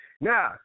Now